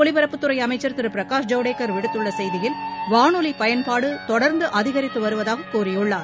ஒலிபரப்புத்துறைஅமைச்சர் திருபிரகாஷ் ஐவடேக்கர் விடுத்துள்ளசெய்தியில் தகவல் வானொலிபயன்பாடுதொடர்ந்துஅதிகரித்துவருவதாகக் கூறியுள்ளார்